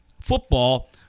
football